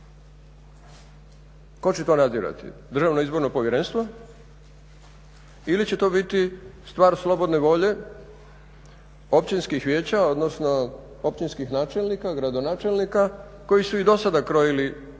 Tko će to nadzirati? Državno izborno povjerenstvo ili će to biti stvar slobodne volje općinskih vijeća, odnosno općinskih načelnika, gradonačelnika koji su i dosada krojili svoje